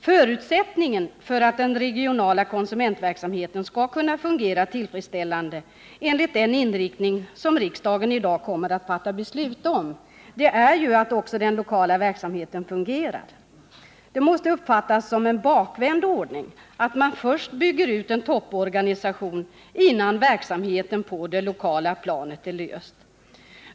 Förutsättningen för att den regionala konsumentverksamheten skall kunna fungera tillfredsställande enligt den inriktning som riksdagen i dag kommer att fatta beslut om är ju att också den lokala verksamheten fungerar. Det måste uppfattas som en bakvänd ordning att man bygger ut en topporganisation innan verksamheten på det lokala planet är löst.